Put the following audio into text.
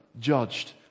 judged